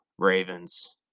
Ravens